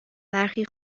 برخی